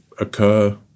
occur